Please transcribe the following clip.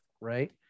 right